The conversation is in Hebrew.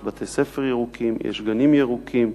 יש בתי-ספר ירוקים, יש גנים ירוקים.